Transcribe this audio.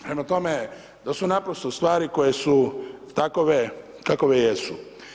Prema tome, to su naprosto stvari koje su takve kakve jesu.